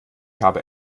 habe